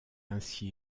ainsi